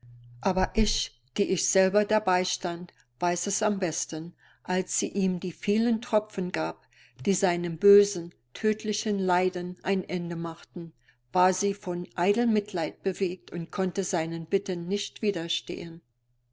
aber ich die ich selber dabei stand weiß es am besten als sie ihm die vielen tropfen gab die seinem bösen tödlichen leiden ein ende machten war sie von eitel mitleid bewegt und konnte seinen bitten nicht widerstehen